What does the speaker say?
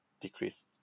decrease